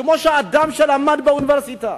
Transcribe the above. זה כמו שאדם שלמד באוניברסיטה